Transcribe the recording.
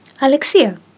Alexia